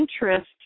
interest